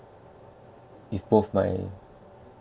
if both my